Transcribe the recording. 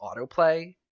autoplay